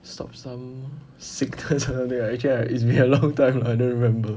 stop some sickness lah actually i- it's been a long time lah I don't remember